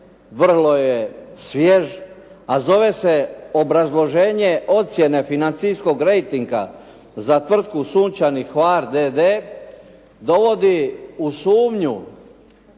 vrlo je svjež, a zove se obrazloženje ocjene financijskog rejtinga za tvrtku "Sunčani Hvar" d.d., dovodi u sumnju